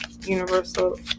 universal